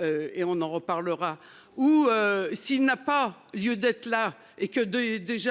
Et on en reparlera ou s'il n'a pas lieu d'être là et que des